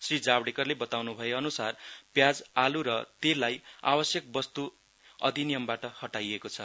श्री जावडेकरले बताउन् भए अनुसार प्याज आलू र तेललाई आवश्यकता वस्तू अधिनियमबाट हटाईएको छ